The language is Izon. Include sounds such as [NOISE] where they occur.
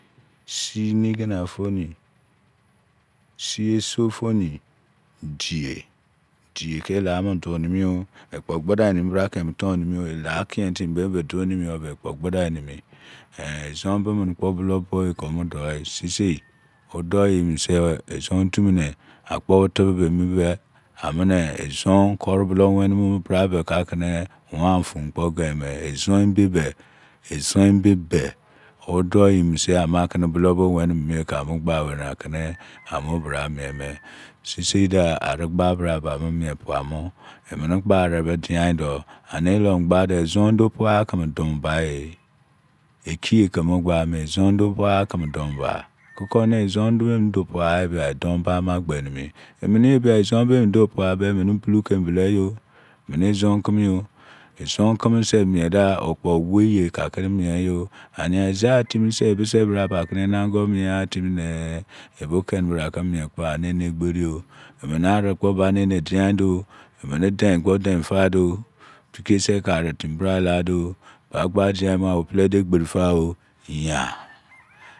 Sumiginadoni sulesitoni du ye diye kelanidienimio ekpo gbidanimi bra keni ke emutonimi elakiyen tirio bebo doiyobe ekpo gbidanimi ezon be mini kpo bulou eh ko omudou sisi odoi eyiniae ezon otu mini akpo tebe emi be amine ezon kuri bulou weni mo brabake kakene wan tun kpo geime ezon ebe be ezon ebe be odoyu minise ama akene bulou bo weni mimi mini yea ko gba werime sisida ani gba bra ba amu mie pamu eminu kpo are bie diyaindo ani lomy gba do ezon duo puakemi don bayeh ekiye ke magbamo ezon dio puakeme kokone ezon amuduo puaba edon ma gbeni mi eminebia ezon be emuduo pua be bulou kembeleyon emini ezon kimi ezon kimi mieda okpowei kakini mieyo ania ezetimisa ebise braba kere agomie ghasi yeraga ikiegha timine ebi keni bra kemie kpo ani enegberii mene anikpo bone diyan do emene deein kpo dein do pikesu arutimi bre ladi ba gua siyanmugha o piledo egberi da yah [NOISE]